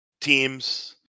teams